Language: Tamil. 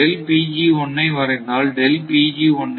ஐ வரைந்தால் ஐ 0